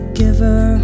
giver